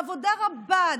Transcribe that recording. עבודה רבה,